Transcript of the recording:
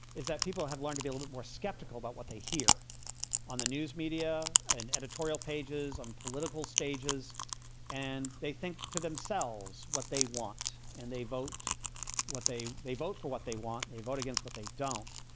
is that people have learned to be a bit more skeptical about what they hear on the news media and editorial pages on political stages and they think to themselves what they want and they vote what they they vote for what they want. they vote against what they don't.